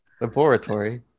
Laboratory